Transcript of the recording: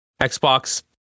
xbox